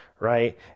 right